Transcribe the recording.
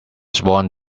swan